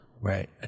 Right